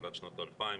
בתחילת שנות ה-2000,